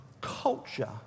culture